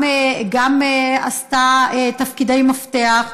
גם עשתה תפקידי מפתח.